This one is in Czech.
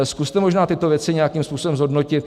Zkuste možná tyto věci nějakým způsobem zhodnotit.